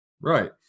Right